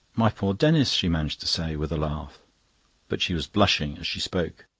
my poor denis, she managed to say, with a laugh but she was blushing as she spoke.